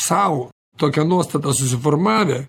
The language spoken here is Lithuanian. sau tokią nuostatą susiformavę